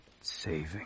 saving